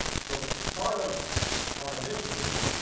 so part of our initiative